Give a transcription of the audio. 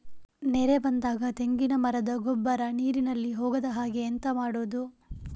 ನೆರೆ ಬಂದಾಗ ತೆಂಗಿನ ಮರದ ಗೊಬ್ಬರ ನೀರಿನಲ್ಲಿ ಹೋಗದ ಹಾಗೆ ಎಂತ ಮಾಡೋದು?